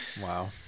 Wow